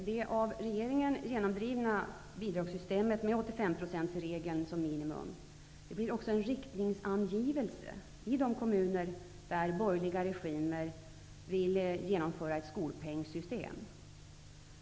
Det av regeringen genomdrivna bidragssystemet med 85-procentsregeln som ett minimum blir också en riktningsangivelse i de kommuner där borgerliga regimer vill genomföra ett skolpengssystem.